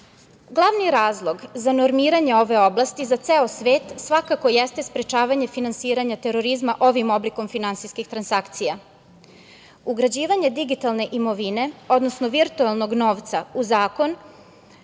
EU.Glavni razlog za normiranje ove oblasti za ceo svet svakako jeste sprečavanje finansiranja terorizma ovim oblikom finansijskih transakcija. Ugrađivanje digitalne imovine, odnosno virtuelnog novca u Zakon